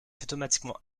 automatiquement